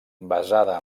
basada